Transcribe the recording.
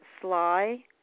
sly